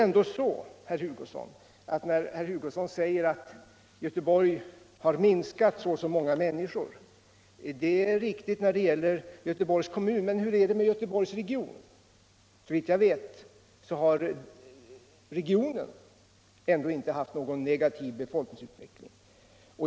115 Herr Hugosson säger att Göteborgs folkmängd har minskat. Det är riktigt när det gäller Göteborgs kommun, men hur är det med Göteborgs region? Såvitt jag vet har regionen inte haft någon negativ befolkningsutveckling.